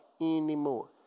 Anymore